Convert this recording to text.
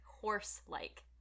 Horse-like